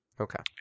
Okay